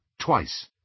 twice